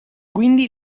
quindi